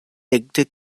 ekde